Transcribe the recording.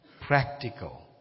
practical